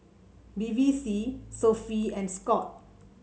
Bevy C Sofy and Scoot